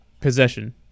possession